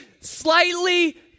slightly